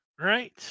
right